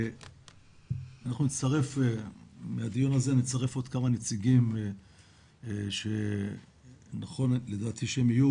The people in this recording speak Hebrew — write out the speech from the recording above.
אנחנו נצרף מהדיון הזה עוד כמה נציגים שנכון לדעתי שהם יהיו.